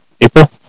April